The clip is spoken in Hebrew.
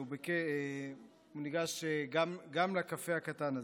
הוא ניגש גם לקפה הקטן הזה.